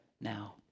now